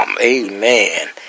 Amen